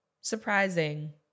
surprising